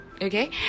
okay